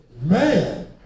Man